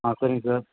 ஆ சரிங்க சார்